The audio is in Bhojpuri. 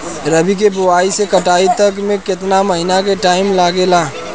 रबी के बोआइ से कटाई तक मे केतना महिना के टाइम लागेला?